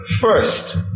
first